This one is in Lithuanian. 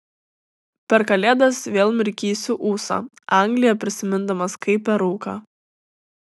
per kalėdas vėl mirkysiu ūsą angliją prisimindamas kaip per rūką